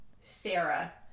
Sarah